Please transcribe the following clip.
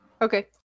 Okay